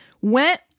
went